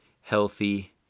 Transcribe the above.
healthy